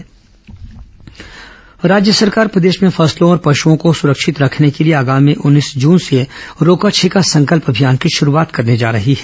रोका छेका संकल्प अभियान राज्य सरकार प्रदेश में फसलों और पशुओं को सुरक्षित रखने के लिए आगामी उन्नीस जून से रोका छेका संकल्प अभियान की शुरूआत करने जा रही है